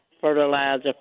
fertilizer